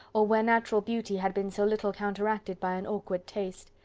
or where natural beauty had been so little counteracted by an awkward taste.